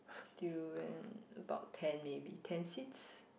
durian about ten maybe ten seeds